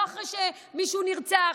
לא אחרי שמישהו נרצח,